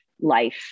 life